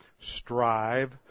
strive